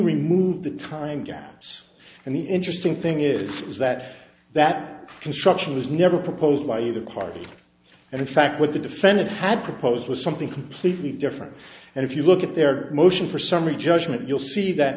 remove the time gaps and the interesting thing is is that that construction was never proposed by either party and in fact what the defendant had proposed was something completely different and if you look at their motion for summary judgment you'll see that